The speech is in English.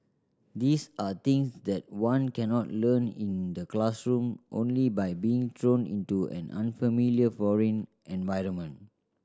these are things that one cannot learn in the classroom only by being thrown into an unfamiliar foreign environment